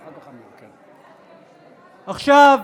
עכשיו,